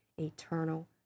eternal